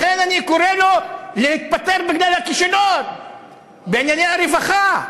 לכן אני קורא לו להתפטר בגלל הכישלון בענייני הרווחה,